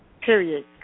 period